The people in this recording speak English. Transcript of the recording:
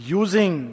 using